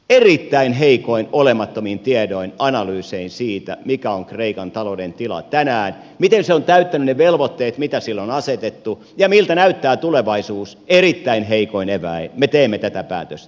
erittäin heikoin olemattomin tiedoin analyysein siitä mikä on kreikan talouden tila tänään miten se on täyttänyt ne velvoitteet mitä sille on asetettu ja miltä näyttää tulevaisuus erittäin heikoin eväin me teemme tätä päätöstä